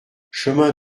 chemin